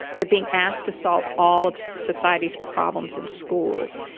they're being asked to solve all of society's problems in schools.